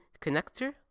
connector